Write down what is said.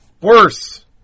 worse